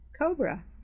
Cobra